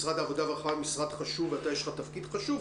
משרד העבודה והרווחה הוא משרד חשוב ולך יש תפקיד חשוב,